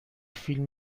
فیلم